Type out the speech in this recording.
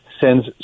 sends